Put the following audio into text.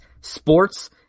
sports